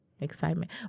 Excitement